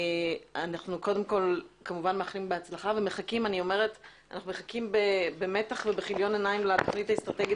אנחנו כמובן מאחלים בהצלחה ומחכים במתח ובכיליון עיניים לתכנית האסטרטגית